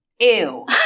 Ew